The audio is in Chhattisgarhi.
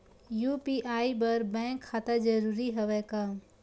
यू.पी.आई बर बैंक खाता जरूरी हवय का?